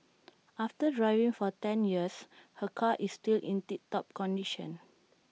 after driving for ten years her car is still in tip top condition